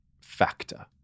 factor